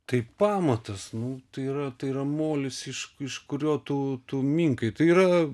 tai pamatas nu tai yra tai yra molis iš iš kurio tu tu minkai tai yra